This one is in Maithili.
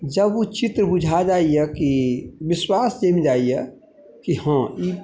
जब उ चित्र बुझा जाइए कि विश्वास जमि जाइए कि हँ ई